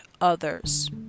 others